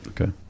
Okay